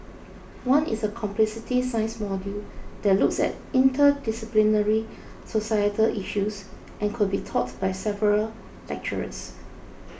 one is a complexity science module that looks at interdisciplinary societal issues and could be taught by several lecturers